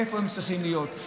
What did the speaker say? איפה הן צריכות להיות?